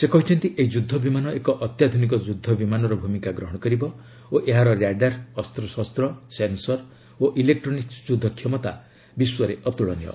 ସେ କହିଛନ୍ତି ଏହି ଯୁଦ୍ଧ ବିମାନ ଏକ ଅତ୍ୟାଧୁନିକ ଯୁଦ୍ଧ ବିମାନର ଭୂମିକା ଗ୍ରହଣ କରିବ ଓ ଏହାର ର୍ୟାଡାର୍ ଅସ୍ତ୍ରଶସ୍ତ ସେନ୍ସର୍ ଓ ଇଲେକ୍ରୋନିକ୍ ଯୁଦ୍ଧ ଦକ୍ଷତା ବିଶ୍ୱରେ ଅତୁଳନୀୟ